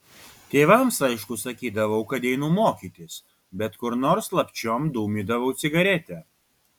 tėvams aišku sakydavau kad einu mokytis bet kur nors slapčiom dūmydavau cigaretę